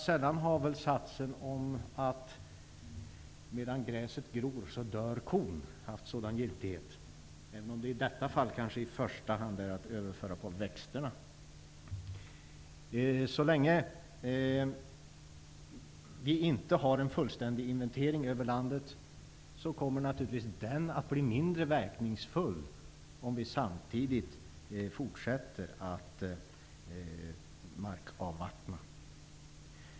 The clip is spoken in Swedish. Sällan har satsen ''Medan gräset gror, dör kon'' haft sådan giltighet, även om den i detta fall i första hand får överföras på växterna. Så länge vi inte har en fullständig inventering över landet, kommer naturligtvis den att bli mindre verkningsfull om vi samtidigt fortsätter att markavvattna.